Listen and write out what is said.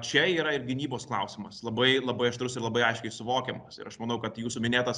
čia yra ir gynybos klausimas labai labai aštrus ir labai aiškiai suvokiamas ir aš manau kad jūsų minėtas